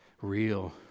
real